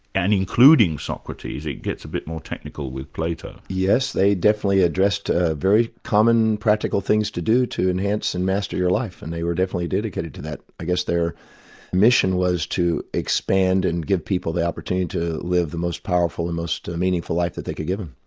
and including socrates. it gets a bit more technical with plato. yes, they definitely addressed very common practical things to do to enhance and master your life, and they were definitely dedicated to that. i guess their mission was to expand and give people the opportunity to live the most powerful and the most meaningful life that they could give them.